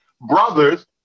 Brothers